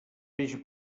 peix